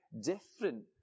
different